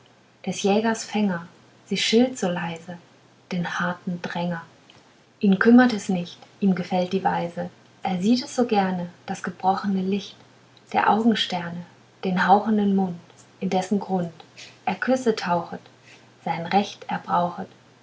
des jägers fänger sie schilt so leise den harten dränger ihn kümmert es nicht ihm gefällt die weise er sieht es so gerne das gebrochene licht der augensterne den hauchenden mund in dessen grund er küsse tauchet sein recht er brauchet